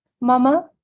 mama